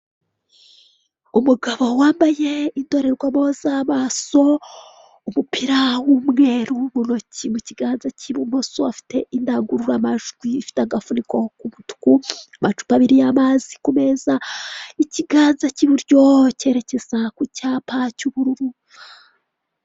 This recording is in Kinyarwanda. Inyubako ariko igaragara ko iherereye i kigali mu Rwanda; iragaragara yuko iri kugurishwa aho bavuga ko umuntu afite miliyoni ijana na mirongo ine abasha kuyigura; iri i kanombe kigali, ni uburyo rero bumenyerewe bwo kugurisha aho abantu bagaragaza ibiciro by'ibicuruzwa.